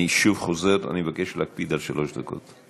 אני שוב חוזר, אני מבקש להקפיד על שלוש דקות.